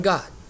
God